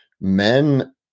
men